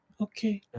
Okay